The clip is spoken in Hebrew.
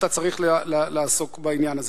אתה צריך לעסוק בעניין הזה.